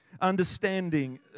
Understanding